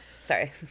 sorry